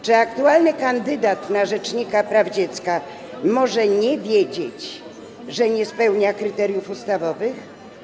Czy aktualny kandydat na rzecznika praw dziecka może nie wiedzieć, że nie spełnia kryteriów ustawowych?